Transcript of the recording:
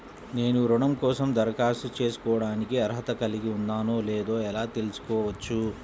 నేను రుణం కోసం దరఖాస్తు చేసుకోవడానికి అర్హత కలిగి ఉన్నానో లేదో ఎలా తెలుసుకోవచ్చు?